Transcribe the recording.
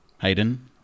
Hayden